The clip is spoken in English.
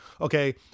okay